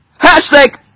Hashtag